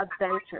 adventure